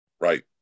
right